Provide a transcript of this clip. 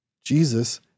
Jesus